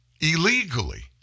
Illegally